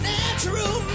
natural